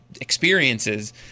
experiences